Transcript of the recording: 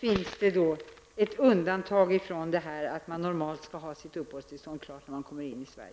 finns det ett undantag från regeln att man normalt skall ha sitt uppehållstillstånd klart när man kommer in i Sverige.